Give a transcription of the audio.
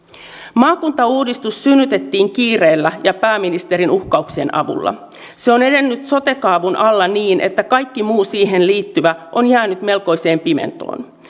maakuntauudistus synnytettiin kiireellä ja pääministerin uhkauksien avulla se on edennyt sote kaavun alla niin että kaikki muu siihen liittyvä on jäänyt melkoiseen pimentoon